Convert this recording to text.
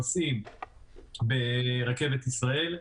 נוסעים ברכבת ישראל.